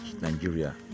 Nigeria